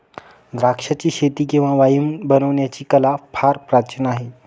द्राक्षाचीशेती किंवा वाईन बनवण्याची कला फार प्राचीन आहे